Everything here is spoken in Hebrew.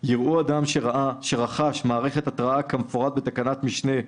יראו אדם שרכש מערכת התרעה כמפורט בתקנת משנה (ב)(2)